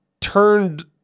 turned